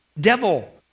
devil